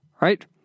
right